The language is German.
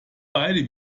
beide